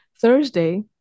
Thursday